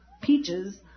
peaches